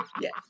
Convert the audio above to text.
Yes